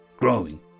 growing